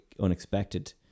unexpected